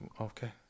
okay